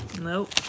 Nope